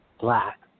black